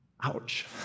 Ouch